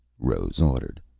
rose ordered.